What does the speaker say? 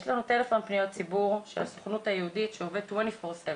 יש לנו טלפון פניות ציבור של הסוכנות היהודית שעובד 24/7,